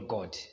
God